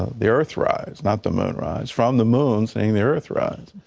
the earth rise, not the moonrise, from the moon seeing the earth rise.